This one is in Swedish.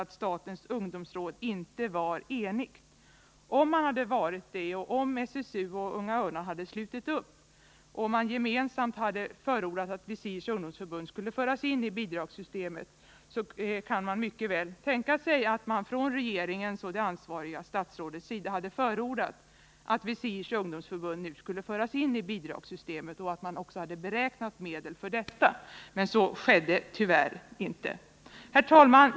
Om SSU och Unga örnar enhälligt hade slutit upp bakom förslaget och gemensamt hade förordat att VISIR:s ungdomsförbund skulle föras in i bidragssystemet, kan man mycket väl tänka sig att regeringen och det ansvariga statsrådet hade förordat detta och anslagit medel härför. Men så skedde tyvärr inte. Herr talman!